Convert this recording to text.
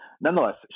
nonetheless